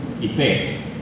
effect